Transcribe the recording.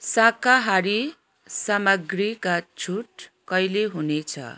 शाकाहारी सामग्रीका छुट कहिले हुनेछ